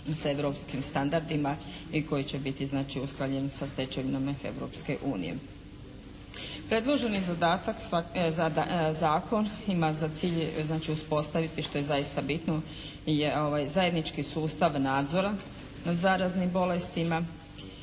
s europskim standardima i koji će biti znači usklađen sa stečevinama Europske unije. Predloženi zadatak zakon ima za cilj znači uspostaviti što je zaista bitno zajednički sustav nadzora nad zaraznim bolestima